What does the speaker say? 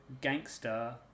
gangster